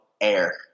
air